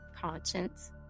conscience